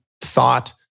thought